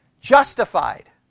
justified